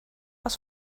was